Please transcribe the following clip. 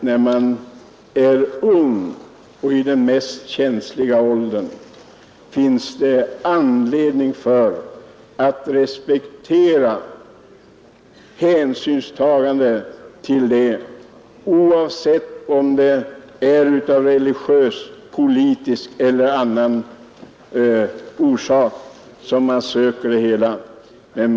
Jag anser dock att det finns anledning att respektera och ta hänsyn till dem oavsett om det är av religiösa, politiska eller andra orsaker som dessa unga, som befinner sig i sin mest känsliga ålder, söker vapenfri tjänst.